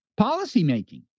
policymaking